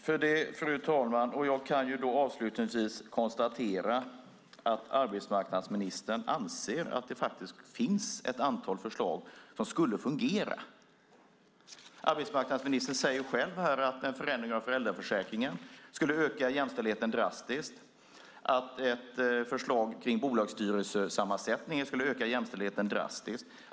Fru talman! Jag konstaterar avslutningsvis att arbetsmarknadsministern anser att det finns ett antal förslag som skulle fungera. Arbetsmarknadsministern säger själv att en förändring av föräldraförsäkringen och ett förslag för bolagsstyrelsesammansättning skulle öka jämställdheten drastiskt.